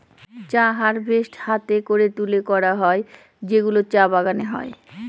চা হারভেস্ট হাতে করে তুলে করা হয় যেগুলো চা বাগানে হয়